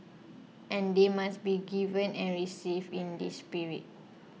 and they must be given and received in this spirit